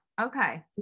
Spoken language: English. okay